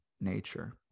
nature